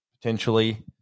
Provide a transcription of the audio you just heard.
Potentially